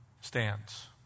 stands